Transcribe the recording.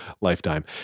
lifetime